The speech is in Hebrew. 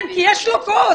כן, כי יש לו קוד.